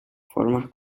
formas